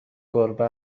گربه